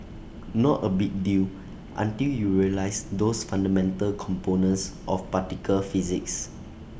not A big deal until you realise those fundamental components of particle physics